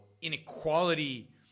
inequality